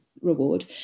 reward